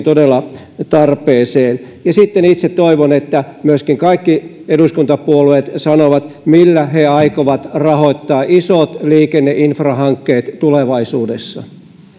todella tarpeeseen ja sitten itse toivon että kaikki eduskuntapuolueet myöskin sanovat millä he aikovat rahoittaa isot liikenneinfrahankkeet tulevaisuudessa